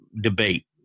debate